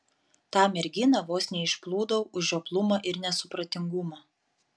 tą merginą vos neišplūdau už žioplumą ir nesupratingumą